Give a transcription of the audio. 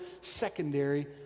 secondary